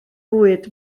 fwyd